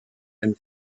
and